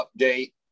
update